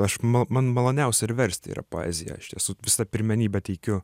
aš mal man maloniausia ir versti yra poeziją iš tiesų visada pirmenybę teikiu